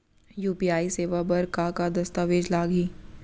UPI सेवा बर का का दस्तावेज लागही?